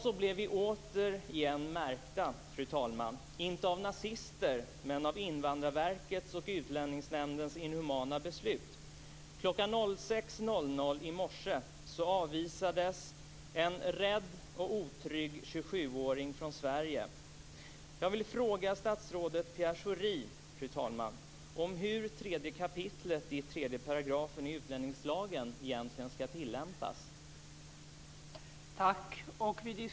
I dag blev vi återigen märkta, inte av nazister men av Invandrarverkets och Utlänningsnämndens inhumana beslut. Kl. 06.00 i morse avvisades en rädd och otrygg 27-åring från Sverige. Fru talman! Jag vill fråga statsrådet Pierre Schori om hur 3 kap. 3 § i utlänningslagen egentligen skall tillämpas.